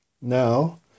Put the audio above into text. Now